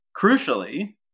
crucially